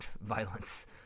violence